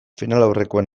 finalaurrekoen